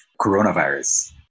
coronavirus